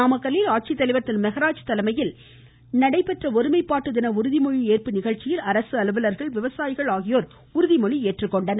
நாமக்கல்லில் ஆட்சித்தலைவர் திரு மெகராஜ் தலைமையில் நடைபெற்ற ஒருமைப்பாட்டு தின உறுதிமொழி ஏற்பு நிகழ்ச்சியில் அரசு அலுவலர்கள் விவசாயிகள் ஆகியோர் உறுதிமொழி ஏற்றுக்கொண்டனர்